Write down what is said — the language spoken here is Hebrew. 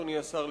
אדוני השר,